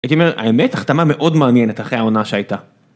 האמת החתמה מאוד מעניינת אחרי העונה שהייתה.